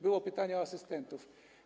Było pytanie o asystentów.